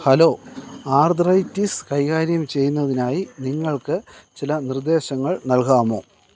hello arthritis കൈകാര്യം ചെയ്യുന്നതിനായി നിങ്ങൾക്ക് ചില നിർദ്ദേശങ്ങൾ നൽകാമോ